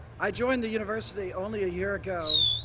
i joined university only a year ago,